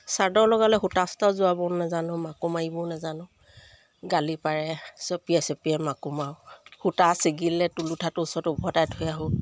চাদৰ লগালে সূতা সূতা যোৱাব নাজানো মাকো মাৰিব নাজানো গালি পাৰে চপিয়াই চপিয়াই মাকো মাৰোঁ সূতা চিগিলে তুলুঠাটো ওচৰত উভতাই থৈ আহোঁ